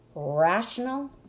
rational